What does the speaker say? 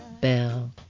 Bell